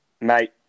Mate